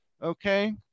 Okay